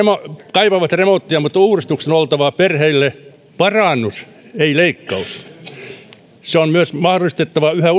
kaipaavat remonttia mutta uudistuksen on oltava perheille parannus ei leikkaus sen on myös mahdollistettava yhä